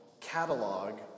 catalog